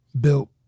built